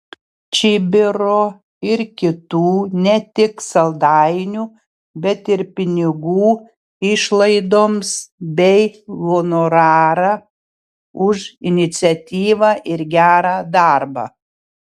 čibiro ir kitų ne tik saldainių bet ir pinigų išlaidoms bei honorarą už iniciatyvą ir gerą darbą